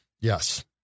Yes